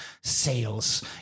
sales